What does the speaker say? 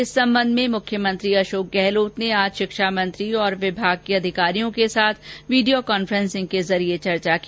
इस संबंध में मुख्यमंत्री अशोक गहलोत ने आज शिक्षा मंत्री और विमाग के अधिकारियो के साथ वीडियो कांफेसिंग के जरिए चर्चा की